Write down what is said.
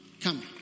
Come